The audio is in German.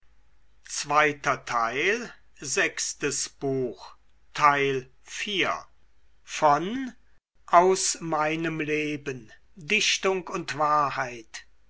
aus meinem leben dichtung und wahrheit